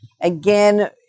Again